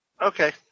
Okay